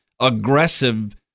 aggressive